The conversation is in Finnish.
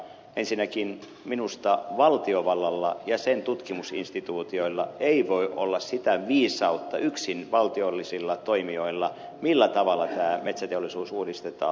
ensinnäkin minusta valtiovallalla ja sen tutkimusinstituutioilla ei voi olla sitä viisautta yksin valtiollisilla toimijoilla millä tavalla tämä metsäteollisuus uudistetaan